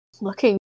looking